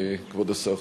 כבוד השר,